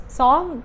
song